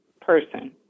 person